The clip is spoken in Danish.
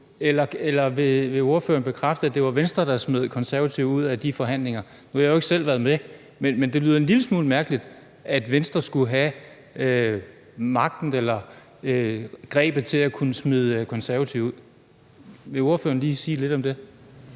eller vil ordføreren bekræfte, at det var Venstre, der smed Konservative ud af de forhandlinger? Nu har jeg jo ikke selv været med, men det lyder en lille smule mærkeligt, at Venstre skulle have magten eller grebet til at kunne smide Konservative ud. Vil ordføreren lige sige lidt om det?